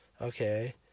okay